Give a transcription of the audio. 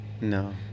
No